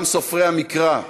גם סופרי המקרא,